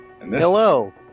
Hello